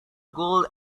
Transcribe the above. gold